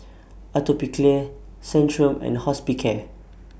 Atopiclair Centrum and Hospicare